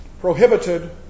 prohibited